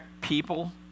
people